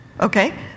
Okay